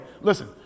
listen